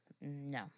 No